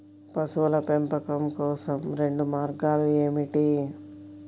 పశువుల పెంపకం కోసం రెండు మార్గాలు ఏమిటీ?